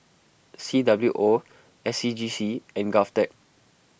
C W O S C G C and Govtech